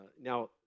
Now